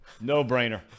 No-brainer